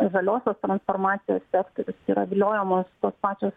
žaliosios informacijos sektorius yra viliojamos tos pačios